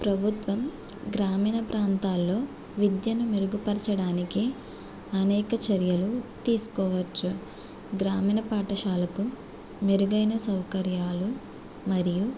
ప్రభుత్వం గ్రామీణ ప్రాంతాలలో విద్యను మెరుగుపరచడానికి అనేక చర్యలు తీసుకోవచ్చు గ్రామీణ పాఠశాలకు మెరుగైన సౌకర్యాలు మరియు